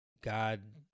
God